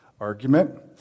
argument